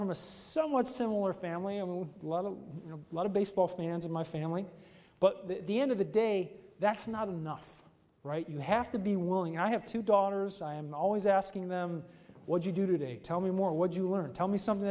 from a somewhat similar family a lot of you know a lot of baseball fans in my family but the end of the day that's not enough right you have to be willing i have two daughters i am always asking them what you do today tell me more what you learn tell me something